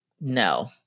no